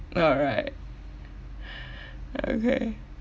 alright okay